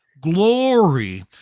glory